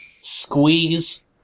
Squeeze